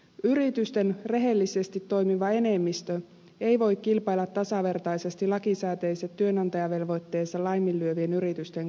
yritysten rehellisesti toimiva enemmistö ei voi kilpailla tasavertaisesti lakisääteisen työnantajavelvoitteensa laiminlyövien yritysten kanssa